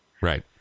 Right